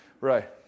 Right